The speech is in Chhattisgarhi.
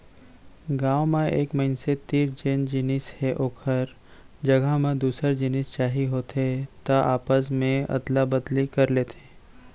गाँव म एक मनसे तीर जेन जिनिस हे ओखर जघा म दूसर जिनिस चाही होथे त आपस मे अदला बदली कर लेथे